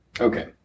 Okay